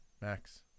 Max